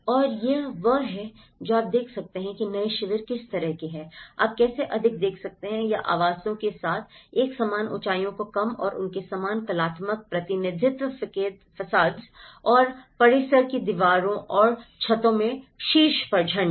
और यह वह है जो आप देख सकते हैं कि नए शिविर किस तरह के हैं आप कैसे अधिक देख सकते हैं या आवासों के साथ एक समान ऊंचाइयों को कम और उनके समान कलात्मक प्रतिनिधित्व facades और परिसर की दीवारों और छतों के शीर्ष पर झंडे